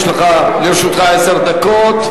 לרשותך עשר דקות.